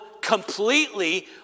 completely